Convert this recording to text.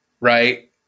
right